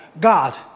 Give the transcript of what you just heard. God